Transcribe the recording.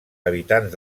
habitants